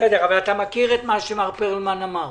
אבל אתה מכיר את מה שמר פרלמן אמר.